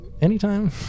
Anytime